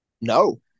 No